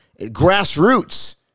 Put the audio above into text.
grassroots